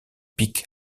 pic